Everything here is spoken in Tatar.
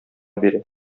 бирә